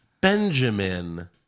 Benjamin